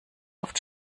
oft